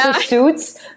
suits